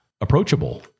approachable